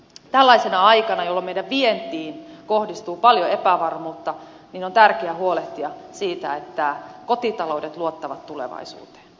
tällaisena aikana jolloin meidän vientiimme kohdistuu paljon epävarmuutta on tärkeää huolehtia siitä että kotitaloudet luottavat tulevaisuuteen